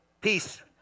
Peace